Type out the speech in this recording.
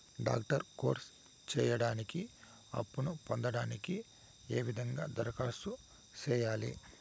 Doctor course సేయడానికి అప్పును పొందడానికి ఏ విధంగా దరఖాస్తు సేయాలి?